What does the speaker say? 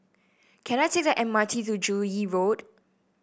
can I take the M R T to Joo Yee Road